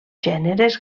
gèneres